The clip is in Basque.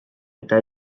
eta